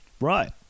right